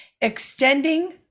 extending